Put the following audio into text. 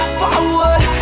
forward